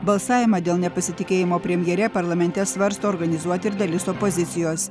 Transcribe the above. balsavimą dėl nepasitikėjimo premjere parlamente svarsto organizuoti ir dalis opozicijos